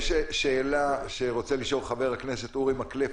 יש שאלה שרוצה לשאול אותך חבר הכנסת מקלב.